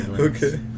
Okay